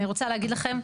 אני רוצה להגיד לכם,